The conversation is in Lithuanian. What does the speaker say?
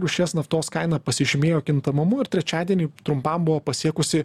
rūšies naftos kaina pasižymėjo kintamumu ir trečiadienį trumpam buvo pasiekusi